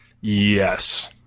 Yes